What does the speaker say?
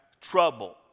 trouble